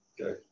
Okay